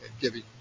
giving